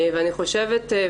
ואני חושבת,